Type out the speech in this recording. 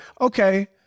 okay